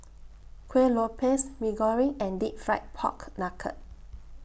Kueh Lopes Mee Goreng and Deep Fried Pork Knuckle